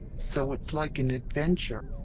so it's like an adventure?